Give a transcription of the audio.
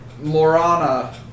Morana